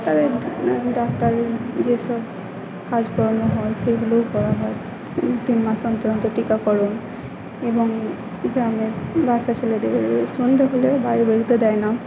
ডাক্তারের যেসব কাজকর্ম হয় সেইগুলো করা হয় তিন মাস অন্তর অন্তর টিকাকরণ এবং গ্রামের বাচ্চা ছেলেদের সন্দে হলে বাইরে বেরোতে দেয় না